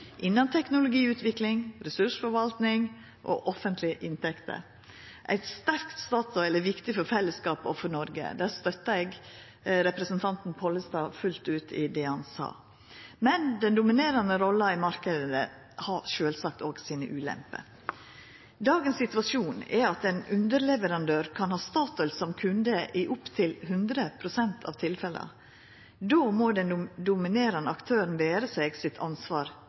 innan teknologiutvikling, ressursforvaltning og offentlege inntekter. Eit sterkt Statoil er viktig for fellesskapen og for Noreg. Eg støttar representanten Pollestad fullt ut i det han sa. Men den dominerande rolla i marknaden har sjølvsagt òg sine ulemper. Dagens situasjon er at ein underleverandør kan ha Statoil som kunde i opptil 100 pst. av tilfella. Då må den dominerande aktøren vera seg sitt ansvar